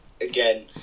again